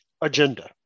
agenda